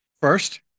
First